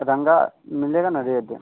रंगा मिलेगा न रेड